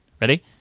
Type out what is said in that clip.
Ready